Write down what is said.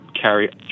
carry